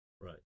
Right